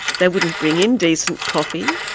they wouldn't bring in decent coffee.